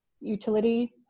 utility